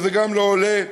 וזה גם לא עולה,